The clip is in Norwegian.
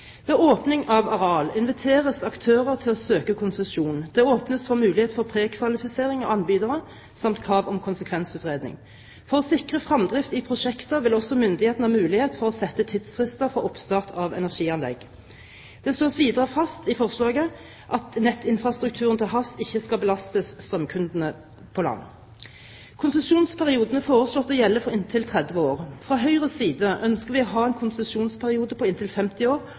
Ved åpning av areal inviteres aktører til å søke konsesjon. Det åpnes for mulighet for prekvalifisering av anbydere samt krav om konsekvensutredning. For å sikre fremdrift i prosjekter vil også myndighetene ha mulighet for å sette tidsfrister for oppstart av energianlegg. Det slås videre fast i forslaget at nettinfrastrukturen til havs ikke skal belastes strømkundene på land. Konsesjonsperioden er foreslått å gjelde for inntil 30 år. Fra Høyres side ønsker vi å ha en konsesjonsperiode på inntil 50 år